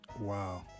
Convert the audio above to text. Wow